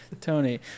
tony